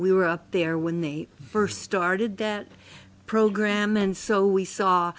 we were up there when they first started that program and so we saw